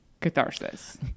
catharsis